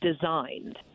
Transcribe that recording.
designed